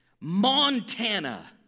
montana